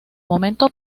momento